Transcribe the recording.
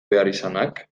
beharrizanak